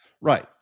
Right